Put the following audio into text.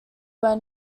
were